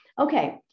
Okay